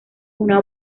una